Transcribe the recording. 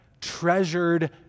treasured